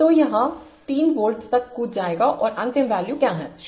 तो यह 3 वोल्ट तक कूद जाएगा और अंतिम वैल्यू क्या है 0